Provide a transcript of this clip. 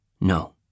No